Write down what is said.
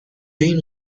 این